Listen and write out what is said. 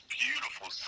beautiful